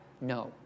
No